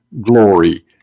glory